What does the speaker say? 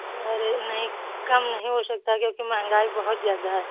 अरे नहीं कम नहीं हो सकता क्योंकि महँगाई बहुत ज्यादा है